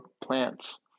plants